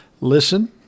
listen